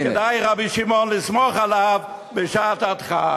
כי כדאי, רבי שמעון, לסמוך עליו, בשעת הדחק.